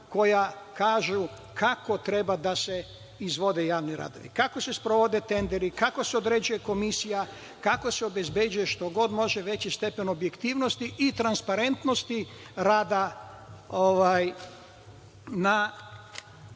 koja kažu kako treba da se izvode javni radovi, kako se sprovode tenderi, kako se određuje komisija, kako se obezbeđuje što god može veći stepen objektivnosti i transparentnosti rada na